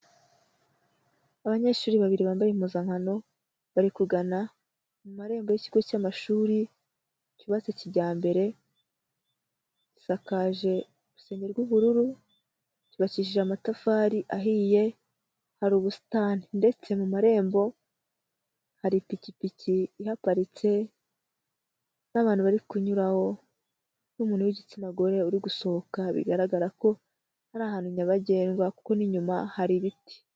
Abanyeshuri babiri bambaye impuzankano, bari kugana mu marembo y'ikigo cy'amashuri cyubatse kijyambere gisakaje urusenge rw'ubururu, cyubakishije amatafari ahiye, hari ubusitani ndetse mu marembo hari ipikipiki ihaparitse n'abantu bari kunyuraho, n'umuntu w'igitsina gore uri gusohoka, bigaragara ko ari ahantu nyabagendwa kuko n'inyuma hari ibiti.